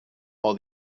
all